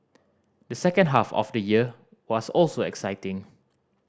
the second half of the year was also exciting